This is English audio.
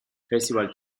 festival